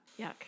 Yuck